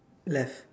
left